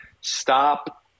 Stop